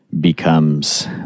becomes